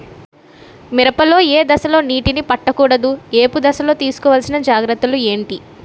మిరప లో ఏ దశలో నీటినీ పట్టకూడదు? ఏపు దశలో తీసుకోవాల్సిన జాగ్రత్తలు ఏంటి?